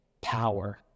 power